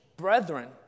brethren